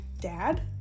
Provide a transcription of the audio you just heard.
dad